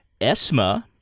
Esma